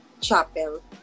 chapel